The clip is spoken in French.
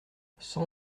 cent